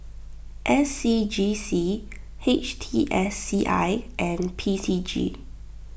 S C G C H T S C I and P C G